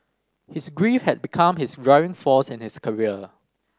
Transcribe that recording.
his grief had become his driving force in his career